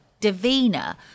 Davina